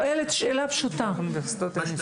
האיסור הוא רטרואקטיבי, זה יחול רק ב-2026.